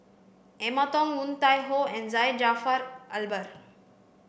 Emma Yong Woon Tai Ho and Syed Jaafar Albar